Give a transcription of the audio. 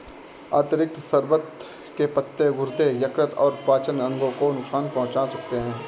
अतिरिक्त शर्बत के पत्ते गुर्दे, यकृत और पाचन अंगों को नुकसान पहुंचा सकते हैं